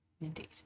Indeed